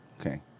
Okay